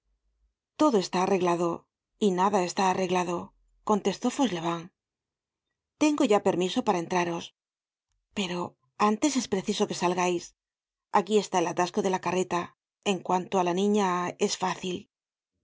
todo está arreglado y nada está arreglado contestó fauchelevent tengo ya permiso para entraros pero antes es preciso que tomo ii a content from google book search generated at salgais aquí está el atasco de la carreta en cuanto á la niña es fácil